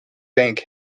bank